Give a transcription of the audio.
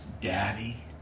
Daddy